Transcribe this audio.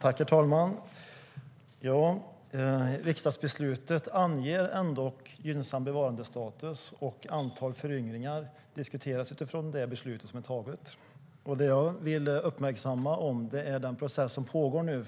Herr talman! I riksdagsbeslutet anges ändå gynnsam bevarandestatus, och antal när det gäller föryngring diskuteras utifrån det beslut som har tagits. Jag vill uppmärksamma den process som nu pågår.